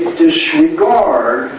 disregard